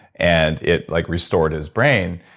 and it like restored his brain,